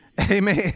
Amen